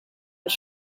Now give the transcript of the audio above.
was